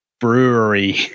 brewery